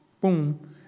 boom